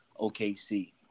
OKC